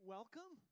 Welcome